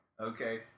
Okay